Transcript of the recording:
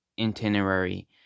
itinerary